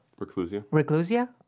Reclusia